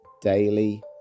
daily